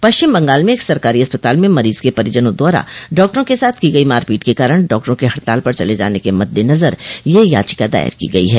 पश्चिम बंगाल में एक सरकारी अस्पताल में मरीज के परिजनों द्वारा डॉक्टरों के साथ की गई मारपीट के कारण डॉक्टरों के हड़ताल पर चले जाने के मद्देनजर यह याचिका दायर की गई है